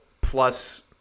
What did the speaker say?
plus